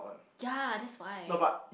ya that's why